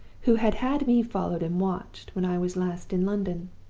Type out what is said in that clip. who had had me followed and watched when i was last in london.